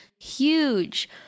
huge